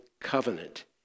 Covenant